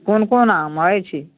कोन कोन आम अछि